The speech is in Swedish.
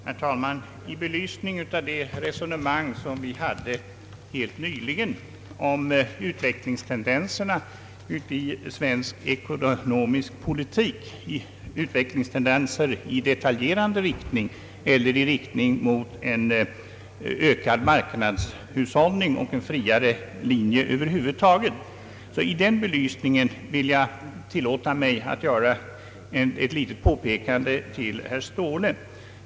Herr talman! I belysning av det resonemang som vi förde helt nyligen om utvecklingstendenserna i svensk ekonomisk politik — utvecklingstendenser i detaljingripande riktning eller i riktning mot en ökad marknadshushållning och en friare linje över huvud taget — vill jag tillåta mig att göra ett litet påpekande för herr Ståhle.